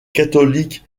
catholiques